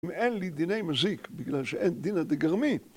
אין לי דיני מזיק בגלל שאין דינא דגרמי